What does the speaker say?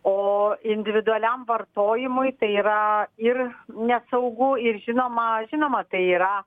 o individualiam vartojimui tai yra ir nesaugu ir žinoma žinoma tai yra